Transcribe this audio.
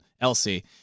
Elsie